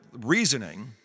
reasoning